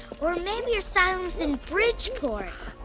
or maybe your asylum's in bridgeport.